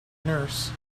nurse